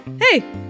Hey